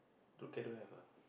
True Care don't have ah